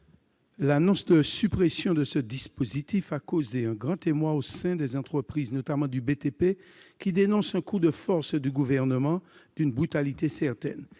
l'annonce de suppression de ce dispositif a causé un grand émoi au sein des entreprises, notamment du BTP, qui dénoncent un coup de force du Gouvernement d'une brutalité certaine.